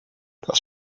das